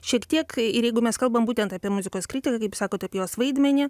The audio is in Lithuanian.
šiek tiek ir jeigu mes kalbam būtent apie muzikos kritiką kaip sakot apie jos vaidmenį